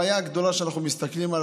הבעיה הגדולה היא שאנחנו מסתכלים על